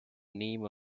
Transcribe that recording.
name